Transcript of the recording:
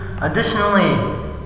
Additionally